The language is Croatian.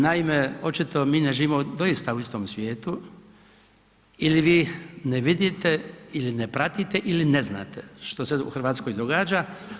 Naime, očito mi ne živimo doista u istom svijetu ili vi ne vidite ili ne pratite ili ne znate što se u Hrvatskoj događa.